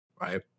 right